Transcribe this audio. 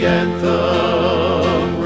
anthem